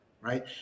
right